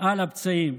על הפצעים.